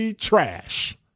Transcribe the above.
trash